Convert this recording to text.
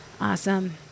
Awesome